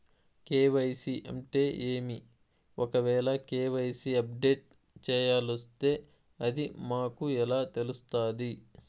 KYC అంటే ఏమి? ఒకవేల కె.వై.సి అప్డేట్ చేయాల్సొస్తే అది మాకు ఎలా తెలుస్తాది?